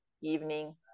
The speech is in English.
evening